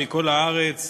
מכל הארץ.